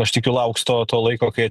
aš tikiu lauks to to laiko kai